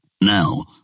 Now